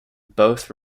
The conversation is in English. both